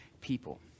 people